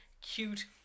cute